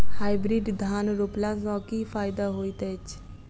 Hybrid धान रोपला सँ की फायदा होइत अछि?